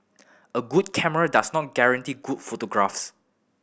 a good camera does not guarantee good photographs